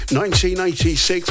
1986